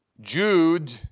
Jude